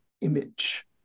image